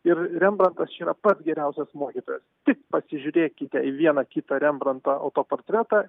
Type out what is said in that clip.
ir rembrantas čia yra pats geriausias mokytojas tik pasižiūrėkite į vieną kitą rembranto autoportretą